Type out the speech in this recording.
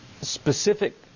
specific